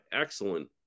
excellent